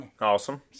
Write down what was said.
Awesome